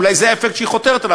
אולי זה האפקט שהיא חותרת אליו,